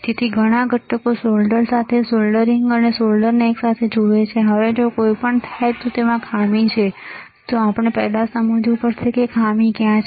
તેથી ઘણા ઘટકો સોલ્ડર એકસાથે સોલ્ડરિંગ સોલ્ડરને એકસાથે જુએ છે હવે જો કંઈક થાય છે અને પછી તેમાં ખામી છે તો આપણે પહેલા સમજવું પડશે કે ખામી ક્યાં છે